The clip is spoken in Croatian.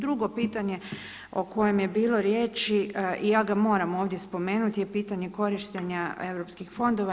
Drugo pitanje o kojem je bilo riječi i ja ga moram ovdje spomenuti je pitanje korištenja europskih fondova.